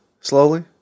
Slowly